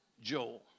Joel